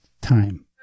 time